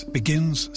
begins